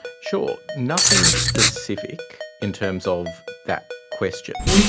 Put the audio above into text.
sure. nothing specific in terms of that question,